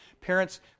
Parents